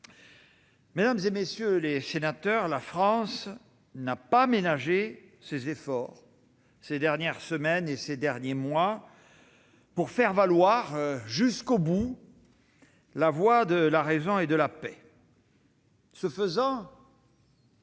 Mesdames, messieurs les sénateurs, la France n'a pas ménagé ses efforts ces dernières semaines et ces derniers mois pour faire valoir, jusqu'au bout, la voie de la raison et de la paix. Ce faisant,